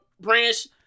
branch